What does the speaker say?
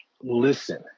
listen